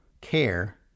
Care